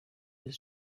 his